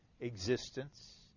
existence